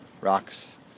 Rocks